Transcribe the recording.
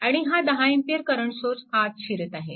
आणि हा 10A current source आत शिरत आहे